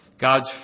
God's